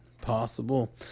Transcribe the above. Possible